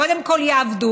קודם כול יעבדו,